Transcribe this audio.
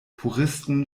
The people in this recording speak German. puristen